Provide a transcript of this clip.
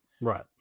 Right